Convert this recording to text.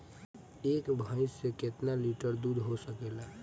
एक भइस से कितना लिटर दूध हो सकेला?